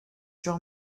sur